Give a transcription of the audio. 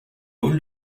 hall